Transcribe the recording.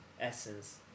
essence